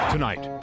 Tonight